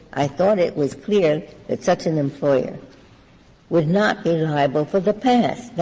i thought it was clear that such an employer would not be liable for the past?